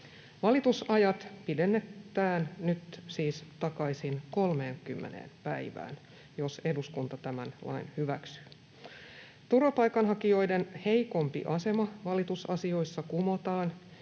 Valitusajat pidennetään nyt siis takaisin 30 päivään, jos eduskunta tämän lain hyväksyy. Turvapaikanhakijoiden heikompi asema valitusasioissa kumotaan,